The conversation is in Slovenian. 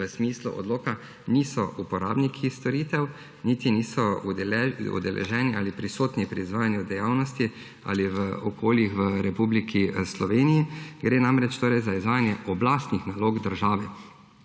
v smislu odloka niso uporabniki storitev niti niso udeleženi ali prisotni pri izvajanju dejavnosti ali v okoljih v Republiki Sloveniji. Gre namreč za izvajanje oblastnih nalog države.